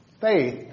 Faith